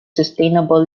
sustainable